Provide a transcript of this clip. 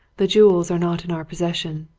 the jewels are not in our possession,